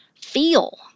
feel